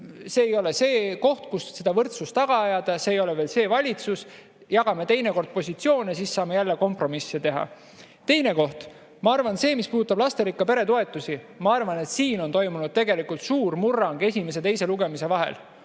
see ei ole see koht, kus seda võrdsust taga ajada ja see ei ole veel see valitsus, jagame teinekord positsioone, siis saame jälle kompromisse teha. Teine koht. Ma arvan, et selles, mis puudutab lasterikka pere toetusi, on toimunud tegelikult suur murrang eelnõu esimese ja teise lugemise vahel.